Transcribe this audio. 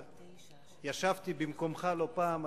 ישבתי במקומך לא פעם,